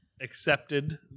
accepted